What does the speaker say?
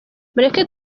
mureke